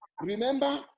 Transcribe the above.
Remember